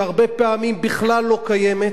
שהרבה פעמים בכלל לא קיימת,